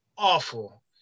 Awful